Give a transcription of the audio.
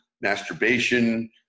masturbation